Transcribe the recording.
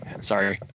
sorry